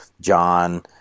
John